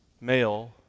male